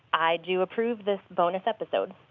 i do approve this bonus episode.